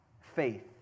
faith